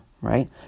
right